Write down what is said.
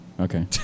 Okay